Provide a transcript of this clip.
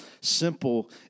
simple